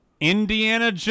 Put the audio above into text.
Indiana